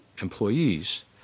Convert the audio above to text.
employees